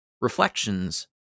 reflections